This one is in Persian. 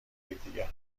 یکدیگر